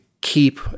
keep